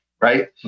right